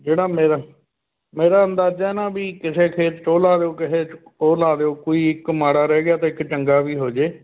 ਜਿਹੜਾ ਮੇਰਾ ਮੇਰਾ ਅੰਦਾਜ਼ਾ ਨਾ ਵੀ ਕਿਸੇ ਖੇਤ 'ਚ ਉਹ ਲਾ ਦਿਉ ਕਿਸੇ 'ਚ ਉਹ ਲਾ ਦਿਉ ਕੋਈ ਇੱਕ ਮਾੜਾ ਰਹਿ ਗਿਆ ਤਾਂ ਇੱਕ ਚੰਗਾ ਵੀ ਹੋ ਜੇ